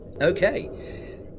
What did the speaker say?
Okay